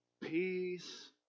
peace